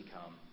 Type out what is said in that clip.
come